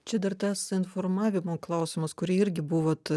čia dar tas informavimo klausimas kurį irgi buvot